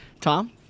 Tom